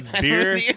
beer